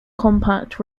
compact